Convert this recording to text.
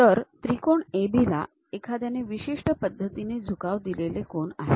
तर त्रिकोण AB ला एखाद्यानाने विशिष्ट्य पद्धतीने झुकाव दिलेले कोन आहेत